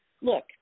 Look